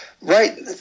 right